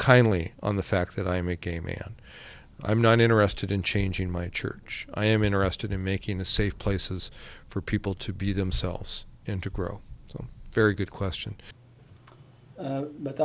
kindly on the fact that i am a gay man i'm not interested in changing my church i am interested in making a safe places for people to be themselves into grow i'm very good question